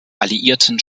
alliierten